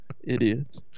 Idiots